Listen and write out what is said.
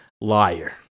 Liar